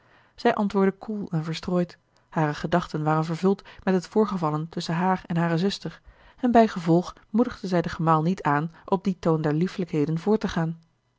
zij antwoordde koel en verstrooid hare gedachten waren vervuld met het voorgevallene tusschen haar en hare zuster en bijgevolg moedigde zij den gemaal niet aan op dien toon der liefelijkheden voort te gaan